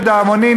לדאבוני,